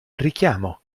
richiamo